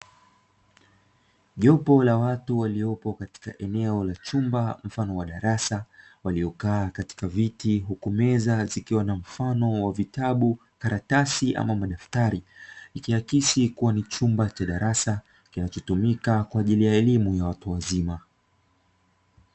Jopo la watu waliopo katika eneo la chumba mfano wa darasa waliokaa katika viti huku meza zikiwa na mfano wa vitabu, karatasi ama madaftari. ikiakisi kuwa ni chumba cha darasa kinachotumika kwa ajili ya elimu ya watu wazima.